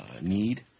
need